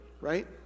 right